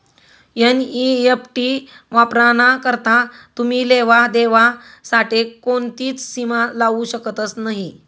NEFT वापराना करता तुमी लेवा देवा साठे कोणतीच सीमा लावू शकतस नही